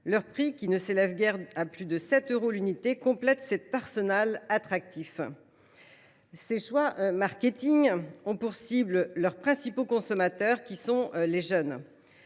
Leur prix, qui ne s’élève guère à plus de 7 euros l’unité, complète cet arsenal attractif. Ces choix marketing ont pour cibles leurs principaux consommateurs : les jeunes.